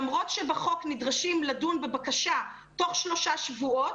למרות שבחוק נדרשים לדון בבקשה תוך שלושה שבועות,